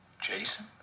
Jason